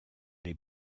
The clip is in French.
les